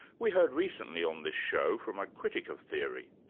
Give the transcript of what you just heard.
we heard recently on this show from a critic of theory.